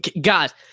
Guys